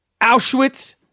Auschwitz